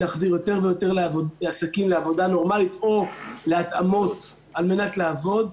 להחזיר יותר ויותר עסקים לעבודה נורמלית או להתאמות על מנת לעבוד,